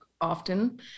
often